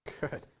Good